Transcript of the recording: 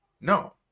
No